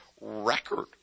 Record